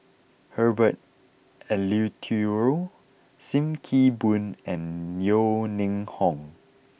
Herbert Eleuterio Sim Kee Boon and Yeo Ning Hong